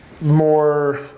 more